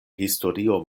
historio